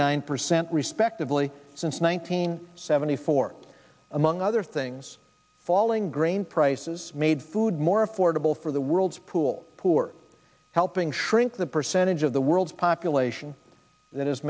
nine percent respectively since one thousand seventy four among other things falling grain prices made food more affordable for the world's pool poor helping shrink the percentage of the world's population that is